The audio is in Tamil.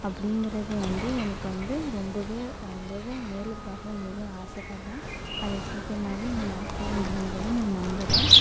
அப்படிங்குறது வந்து எனக்கு வந்து ரொம்ப ரொம்ப நேரில் போய் பாக்கணும்னு ரொம்ப ஆசை பட்றேன் அது சீக்கரமாகவே நடக்கும் அப்படிங்குறத நான் நம்புறேன்